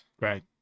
Right